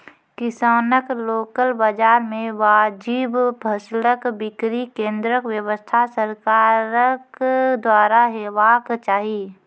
किसानक लोकल बाजार मे वाजिब फसलक बिक्री केन्द्रक व्यवस्था सरकारक द्वारा हेवाक चाही?